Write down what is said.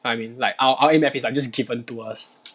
you know what I mean like our our A math is just like given to us